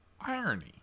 irony